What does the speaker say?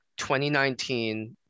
2019